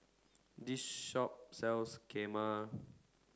this shop sells Kheema